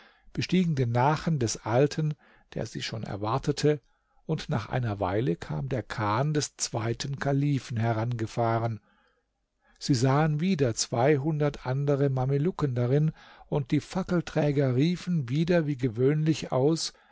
bestiegen den nachen des alten der sie schon erwartete und nach einer weile kam der kahn des zweiten kalifen herangefahren sie sahen wieder zweihundert andere mamelucken darin und die fackelträger riefen wieder wie gewöhnlich aus